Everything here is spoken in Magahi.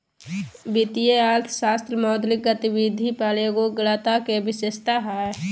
वित्तीय अर्थशास्त्र मौद्रिक गतिविधि पर एगोग्रता के विशेषता हइ